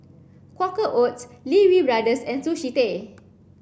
Quaker Oats Lee Wee Brothers and Sushi Tei